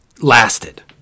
lasted